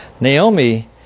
Naomi